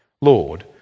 Lord